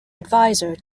adviser